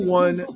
one